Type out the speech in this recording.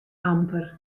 amper